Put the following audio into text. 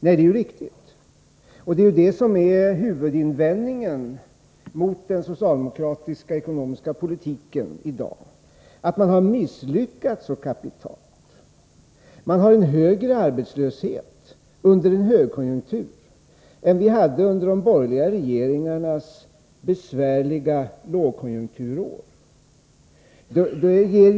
Nej, det är riktigt, och det är ju det som är huvudinvändningen mot den socialdemokratiska ekonomiska politiken i dag — när man har misslyckats så kapitalt. Sverige har nu en högre arbetslöshet under högkonjunkturen än vi hade under de besvärliga lågkonjunkturår som de borgerliga regeringarna hade att bemästra.